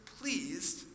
pleased